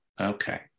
Okay